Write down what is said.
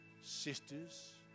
sisters